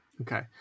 okay